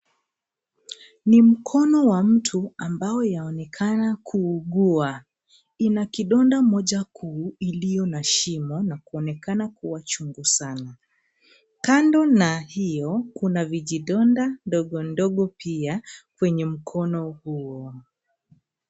Ni mkono wa mtu ambao yaonekana kuugua. Ina kidonda moja kuu iliyo na shimo na kuonekana kuwa chungu sana. Kando na hio, kuna vijidonda ndogo ndogo pia kwenye mkono huo.